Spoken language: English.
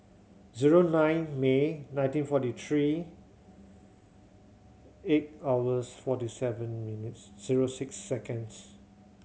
zero nine May nineteen forty three eight hours forty seven minutes zero six seconds